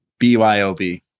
BYOB